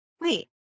wait